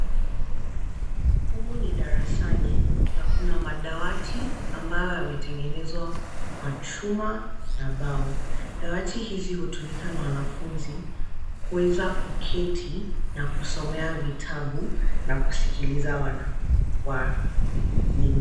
Humu ni darasani na kuna madawati ambayo yametengenezwa kwa chuma na mbao. Dawati hizi hutumika ja wanafunzi kuweza kuketi na kusomea vitabu na kusikiliza walimu.